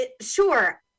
sure